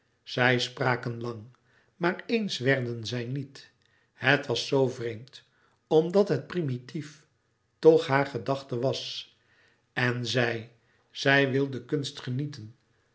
zij spraken lang maar eens werden zij het niet het was zoo vreemd omdat het primitief toch haar gedachte was en zij zij wilde kunst genieten